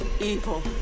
evil